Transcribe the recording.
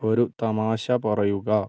ഒരു തമാശ പറയുക